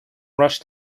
rushed